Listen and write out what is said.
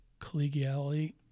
collegiality